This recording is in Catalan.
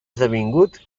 esdevingut